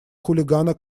хулигана